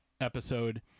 episode